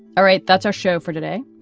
all right. that's our show for today.